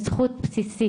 זו זכות בסיסית.